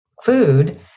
food